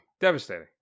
devastating